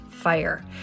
fire